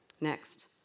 Next